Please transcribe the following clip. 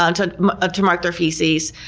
um to ah to mark their feces,